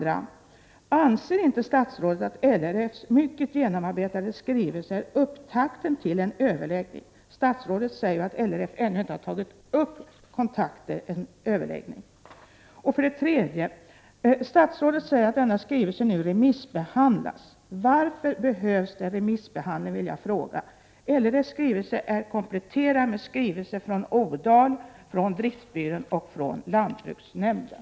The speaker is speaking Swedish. Anser inte statsrådet att LRF:s mycket genomarbetade skrivelse är upptakten till en överläggning? Statsrådet säger ju att LRF ännu inte har tagit kontakt för att få till stånd överläggningar. 3. Statsrådet säger att den skrivelse som kommit in nu remissbehandlas. Varför behövs det remissbehandling? LRF:s skrivelse är kompletterad med skrivelser från ODAL, från driftsbyrån och från lantbruksnämnden.